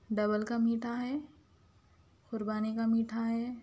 double کا میٹھا ہے قربانی کا میٹھا ہے